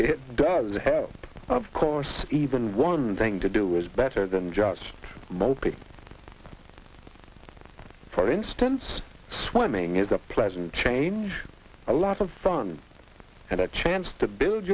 it does help of course even one thing to do is better than just multi for instance swimming is a pleasant change a lot of fun and a chance to build